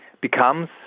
becomes